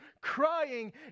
crying